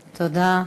תודה.